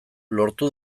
lortu